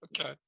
Okay